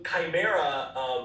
chimera